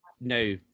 no